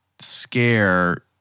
scare